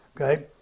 okay